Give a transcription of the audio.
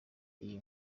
iyi